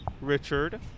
Richard